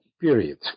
period